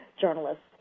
journalists